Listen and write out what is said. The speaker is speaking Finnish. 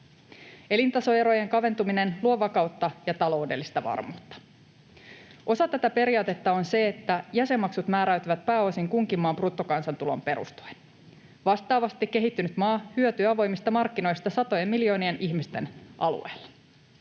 Elintasoerojen kaventuminen luo vakautta ja taloudellista varmuutta. Osa tätä periaatetta on se, että jäsenmaksut määräytyvät pääosin kunkin maan bruttokansantuloon perustuen. Vastaavasti kehittynyt maa hyötyy avoimista markkinoista satojen miljoonien ihmisten alueella.